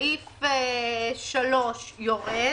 סעיף 3 יורד.